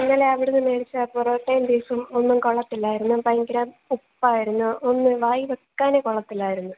ഇന്നലെ അവിടുന്ന് മേടിച്ച ആ പൊറോട്ടയും ബീഫും ഒന്നും കൊള്ളത്തില്ലായിരുന്നു ഭയങ്കരം ഉപ്പായിരുന്നു ഒന്നു വായിൽ വെയ്ക്കാനേ കൊള്ളത്തില്ലായിരുന്നു